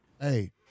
hey